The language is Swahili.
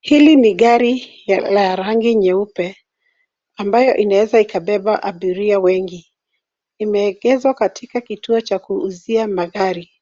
Hili ni gari la rangi nyeupe ambayo inaweza ikabeba abiria wengi. Imeegeshwa katika kituo cha kuuzia magari.